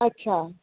अच्छा